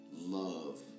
love